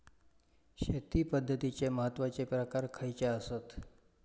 शेती पद्धतीचे महत्वाचे प्रकार खयचे आसत?